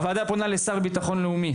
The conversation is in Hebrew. הוועדה פונה למשרד לביטחון לאומי,